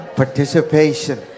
participation